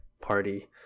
Party